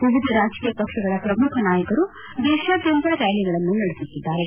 ವಿವಿಧ ರಾಜಕೀಯ ಪಕ್ಷಗಳ ಪ್ರಮುಖ ನಾಯಕರು ದೇಶಾದ್ಯಂತ ರ್ಚಾಲಿಗಳನ್ನು ನಡೆಸುತ್ತಿದ್ದಾರೆ